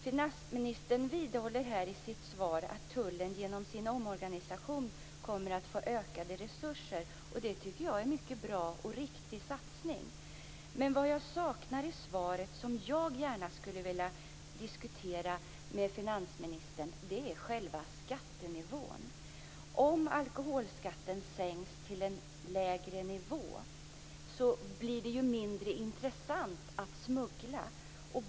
Finansministern vidhåller här i sitt svar att tullen genom sin omorganisation kommer att få ökade resurser, och jag tycker att det är en mycket bra och riktig satsning. Men vad jag saknar i svaret, och som jag gärna skulle vilja diskutera med finansministern, är själva skattenivån. Om alkoholskatten sänks till en lägre nivå blir det mindre intressant att smuggla.